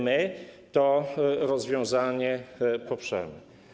My to rozwiązanie poprzemy.